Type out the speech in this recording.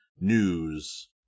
news